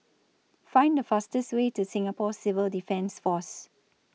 Find The fastest Way to Singapore Civil Defence Force